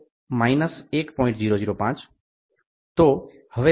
તો હવે તે 23